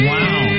Wow